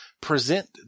present